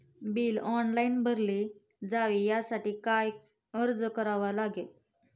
Bill online भरले जावे यासाठी काय अर्ज करावा लागेल?